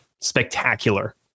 spectacular